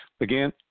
Again